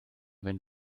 wenn